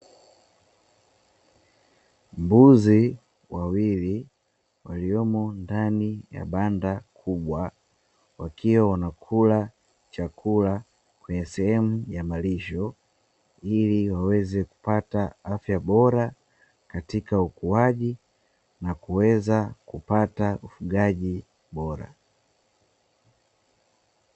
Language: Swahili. Mbuzi wawili waliomo ndani ya banda kubwa, wakiwa wanakula sehemu ya malisho ili waweze kupata afya bora, katika ukuaji na kuweza kupata ufugaji bora.